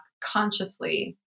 consciously